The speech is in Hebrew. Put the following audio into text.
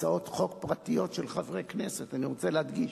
הצעות חוק פרטיות של חברי כנסת, אני רוצה להדגיש,